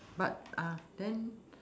but uh then